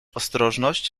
ostrożność